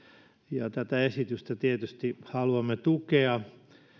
ja tätä esitystä tietysti haluamme tukea